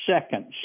seconds